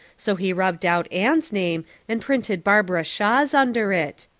so he rubbed out anne's name and printed barbara shaw's under it.